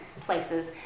places